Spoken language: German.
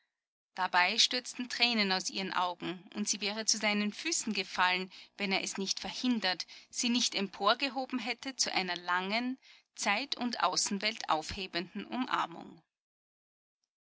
dabei stürzten tränen aus ihren augen und sie wäre zu seinen füßen gefallen wenn er es nicht verhindert sie nicht emporgehoben hätte zu einer langen zeit und außenwelt aufhebenden umarmung